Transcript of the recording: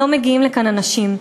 לא מגיעים לכאן אנשים.